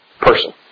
person